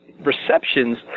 receptions